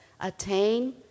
attain